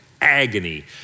agony